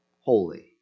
holy